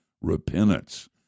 repentance